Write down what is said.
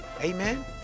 Amen